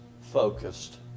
focused